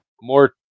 more